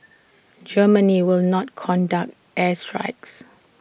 Germany will not conduct air strikes